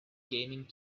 gaming